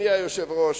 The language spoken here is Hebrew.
אדוני היושב-ראש,